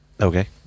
Okay